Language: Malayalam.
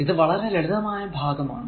ഇത് വളരെ ലളിതമായ ഭാഗം ആണ്